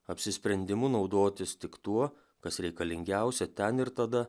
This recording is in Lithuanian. apsisprendimu naudotis tik tuo kas reikalingiausia ten ir tada